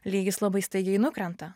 lygis labai staigiai nukrenta